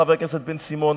חבר הכנסת בן-סימון,